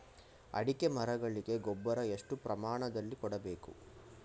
ಅಡಿಕೆ ಮರಗಳಿಗೆ ಗೊಬ್ಬರ ಎಷ್ಟು ಪ್ರಮಾಣದಲ್ಲಿ ಕೊಡಬೇಕು?